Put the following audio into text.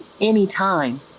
anytime